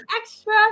extra